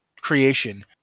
creation